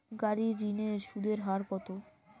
গাড়ির ঋণের সুদের হার কতো?